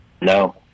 No